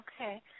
okay